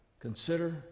Consider